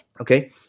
Okay